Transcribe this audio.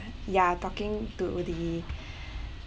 ya talking to the